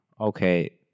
okay